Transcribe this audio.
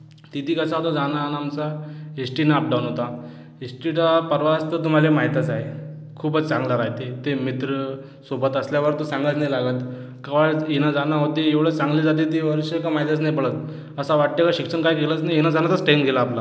तिथे कसा होता जाना आना आमचा एस टीनं अपडाऊन होता एस टीचा प्रवास तर तुम्हाला माहितच आहे खूपच चांगला राहते ते मित्र सोबत असल्यावर तो सांगायचं नाही लागत केव्हा येणं जाणं होते एवढं चांगलं जाते ते वर्ष का माहितच नाही पडत असं वाटते शिक्षण काय केलंच नाही येण्याजाण्यातच टाईम गेला आपला